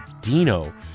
Dino